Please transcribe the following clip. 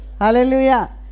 Hallelujah